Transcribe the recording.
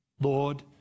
lord